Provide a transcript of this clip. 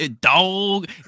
dog